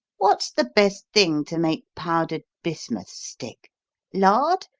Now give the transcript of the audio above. what's the best thing to make powdered bismuth stick lard,